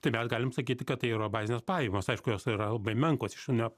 tai mes galim sakyti kad tai yra bazinės pajamos aišku jos yra labai menkos iš jų ne